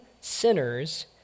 sinners